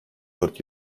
dört